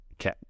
Okay